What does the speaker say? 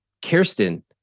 Kirsten